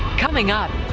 coming up.